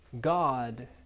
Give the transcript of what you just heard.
God